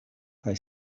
kaj